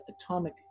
Atomic